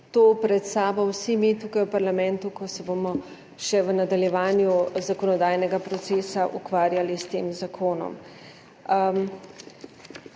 to pred sabo vsi mi tukaj v parlamentu, ko se bomo še v nadaljevanju zakonodajnega procesa ukvarjali s tem zakonom.